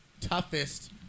toughest